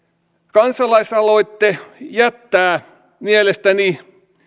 kansalaisaloite jättää mielestäni